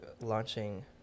launching